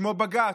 ושמו בג"ץ.